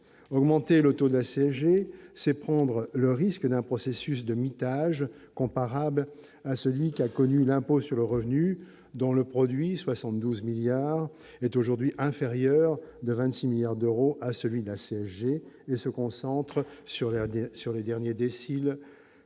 augmenté le taux de la CSG, c'est prendre le risque d'un processus de mitage comparables à celui qu'a connu l'impôt sur le revenu, dont le produit 72 milliards est aujourd'hui inférieur de 26 milliards d'euros à celui de la CSG et se concentre sur les dette sur les